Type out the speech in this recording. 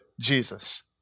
Jesus